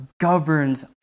governs